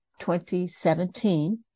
2017